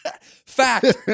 Fact